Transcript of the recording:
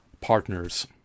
partners